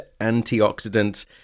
antioxidants